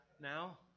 now